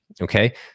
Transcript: Okay